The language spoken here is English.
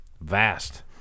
vast